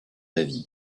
david